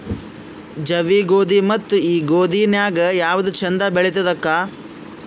ಜವಿ ಗೋಧಿ ಮತ್ತ ಈ ಗೋಧಿ ನ್ಯಾಗ ಯಾವ್ದು ಛಂದ ಬೆಳಿತದ ಅಕ್ಕಾ?